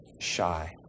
Shy